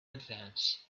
advance